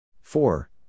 Four